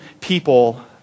people